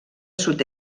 sud